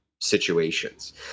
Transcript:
situations